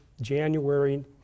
January